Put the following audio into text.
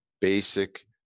basic